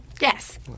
Yes